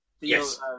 Yes